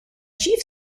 chief